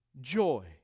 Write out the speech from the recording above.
joy